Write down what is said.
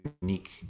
unique